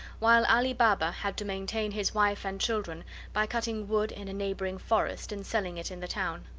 while ali baba had to maintain his wife and children by cutting wood in a neighboring forest and selling it in the town.